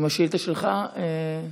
בשאילתה שלך,